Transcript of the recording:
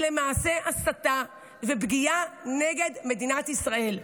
היא למעשה הסתה ופגיעה במדינת ישראל.